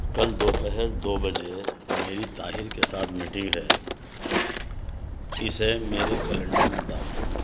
کل دوپہر دو بجے میری طاہر کے ساتھ میٹنگ ہے اسے میرے کیلنڈر میں ڈال دو